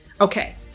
Okay